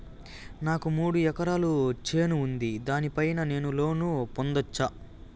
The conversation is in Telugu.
నాకు మూడు ఎకరాలు చేను ఉంది, దాని పైన నేను లోను పొందొచ్చా?